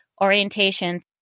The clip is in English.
orientation